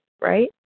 right